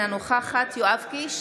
אינה נוכחת יואב קיש,